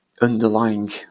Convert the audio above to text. underlying